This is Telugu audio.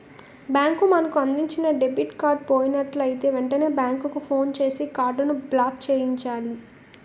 బ్యాంకు మనకు అందించిన డెబిట్ కార్డు పోయినట్లయితే వెంటనే బ్యాంకుకు ఫోన్ చేసి కార్డును బ్లాక్చేయించాలి